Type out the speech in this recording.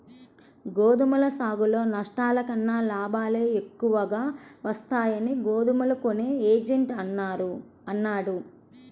గోధుమ సాగులో నష్టాల కన్నా లాభాలే ఎక్కువగా వస్తాయని గోధుమలు కొనే ఏజెంట్ అన్నాడు